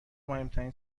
مهمترین